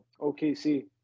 OKC